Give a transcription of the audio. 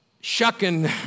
shucking